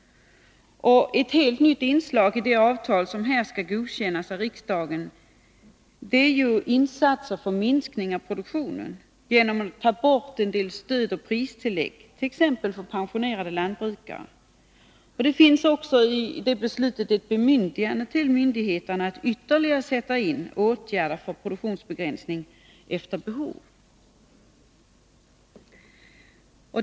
Ett helt nytt inslag i det avtal som här skall godkännas av riksdagen är insatser för en minskning av produktionen genom borttagandet av en del stöd och pristillägg, t.ex. för pensionerade lantbrukare. I avtalet finns även ett bemyndigande för myndigheterna att efter behov sätta in ytterligare åtgärder för produktionsbegränsningar.